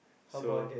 so